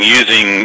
using